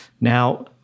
Now